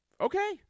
okay